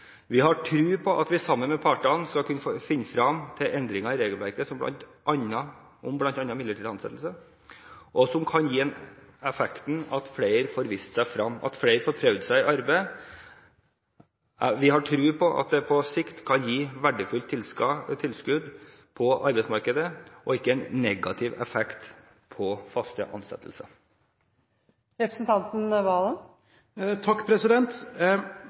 Vi har tro på at vi sammen med partene skal kunne finne frem til endringer i regelverket om bl.a. midlertidig ansettelse, som kan gi den effekten at flere får vist seg frem, at flere får prøvd seg i arbeid. Vi har tro på at dette på sikt kan gi et verdifullt tilskudd på arbeidsmarkedet, og ikke en negativ effekt på faste ansettelser.